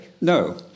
No